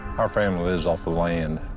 our family lives off the land.